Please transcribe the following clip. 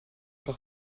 par